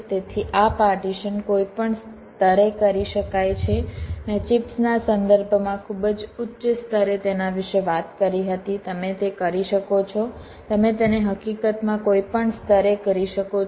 તેથી આ પાર્ટીશન કોઈપણ સ્તરે કરી શકાય છે મેં ચિપ્સના સંદર્ભમાં ખૂબ જ ઉચ્ચ સ્તરે તેના વિશે વાત કરી હતી તમે તે કરી શકો છો તમે તેને હકીકતમાં કોઈપણ સ્તરે કરી શકો છો